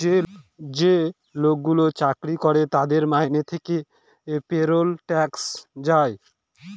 যে লোকগুলো চাকরি করে তাদের মাইনে থেকে পেরোল ট্যাক্স যায়